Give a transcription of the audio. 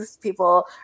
people